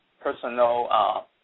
personal